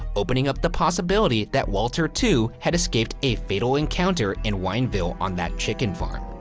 opening up the possibility that walter, too, had escaped a fatal encounter in wineville on that chicken farm.